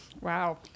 wow